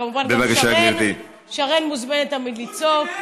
כמובן גם שרן, שרן מוזמנת תמיד לצעוק.